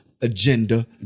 agenda